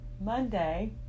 Monday